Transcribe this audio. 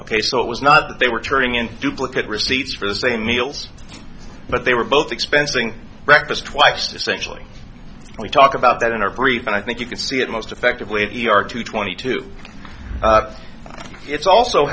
ok so it was not that they were turning in duplicate receipts for the same meals but they were both expensing breakfast twice essentially we talk about that in our brief and i think you can see it most effectively if you are two twenty two it's also